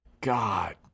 God